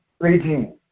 regime